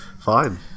fine